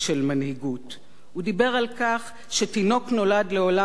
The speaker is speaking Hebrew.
הוא דיבר על כך שתינוק נולד לעולם בלתי דמוקרטי,